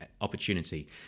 opportunity